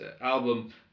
album